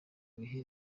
bihe